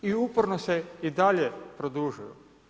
I uporno se i dalje produžuju.